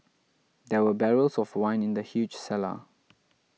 there were barrels of wine in the huge cellar